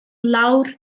lawr